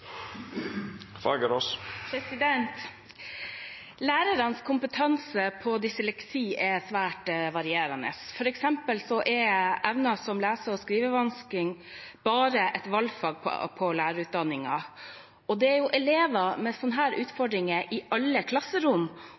utfordringer. Lærernes kompetanse på dysleksi er svært varierende. For eksempel er emner som lese- og skrivevansker bare et valgfag på lærerutdanningen. Det er elever med slike utfordringer i alle klasserom,